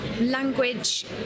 language